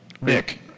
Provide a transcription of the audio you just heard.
Nick